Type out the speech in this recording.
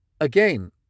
again